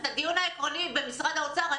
את הדיון העקרוני עם משרד האוצר אני